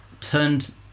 turned